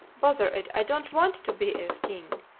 bother it, i don't want to be a king!